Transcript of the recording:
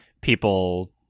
people